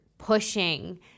pushing